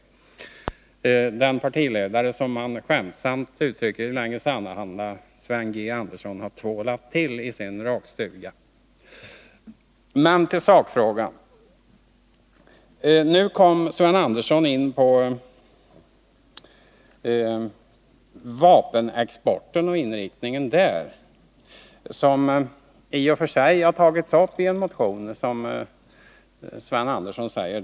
Det gäller den partiledare som, enligt vad Nerikes Allehanda skämtsamt skriver, Sven Andersson har ”tvålat till” i sin rakstuga. Men tillbaka till sakfrågan. Sven Andersson kom nu in på vapenexportens inriktning, vilken också har tagits upp i en motion, som Sven Andersson säger.